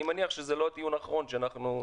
אני מניח שזה לא הדיון האחרון שאנחנו נעקוב.